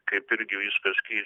kaip irgi viskas keičiasi